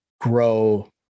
grow